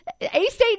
A-State